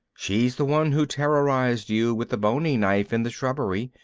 she's the one who terrorized you with the boning knife in the shrubbery,